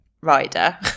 rider